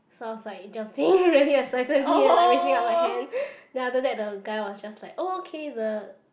so I was like jumping really excitedly and like raising up my hand then after that the guy was just like okay the